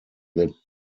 that